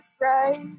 right